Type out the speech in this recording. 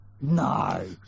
No